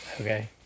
okay